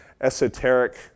esoteric